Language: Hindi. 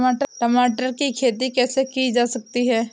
टमाटर की खेती कैसे की जा सकती है?